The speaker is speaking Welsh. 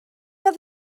oedd